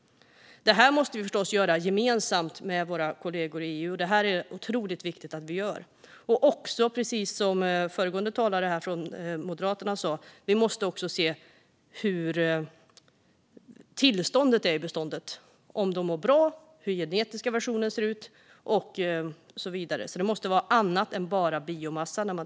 Det här måste vi förstås göra gemensamt med våra kollegor i EU, och det är otroligt viktigt att vi gör det. Precis som föregående talare från Moderaterna sa måste vi också se hur tillståndet är i beståndet, om fisken mår bra, hur den genetiska versionen ser ut och så vidare. Man måste titta på annat än bara biomassa.